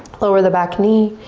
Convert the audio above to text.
lower the back knee,